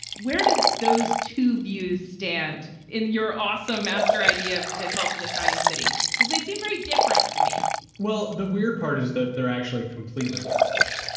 where did those two views stand in your awesome master idea of the call to the shining city? because they seem very different to me well, the weird part is that they're actually completely connected.